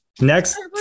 next